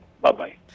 Bye-bye